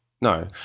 No